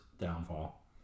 downfall